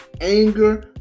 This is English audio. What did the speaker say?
anger